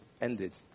ended